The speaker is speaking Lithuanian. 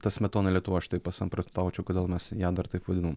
ta smetona lietuva aš taip pasamprotaučiau kodėl mes ją dar taip vadinam